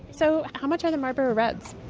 so how much are the marlboro reds?